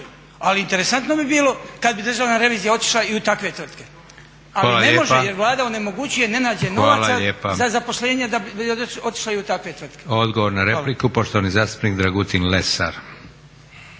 Ali interesantno bi bilo kad bi Državna revizija otišla i u takve tvrtke, ali ne može jer Vlada onemogućuje, ne nađe novaca za zaposlenje da bi otišla i u takve tvrtke. **Leko, Josip (SDP)** Hvala lijepa. Odgovor na repliku, poštovani zastupnik Dragutin Lesar.